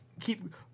keep